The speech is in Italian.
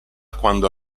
quando